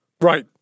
Right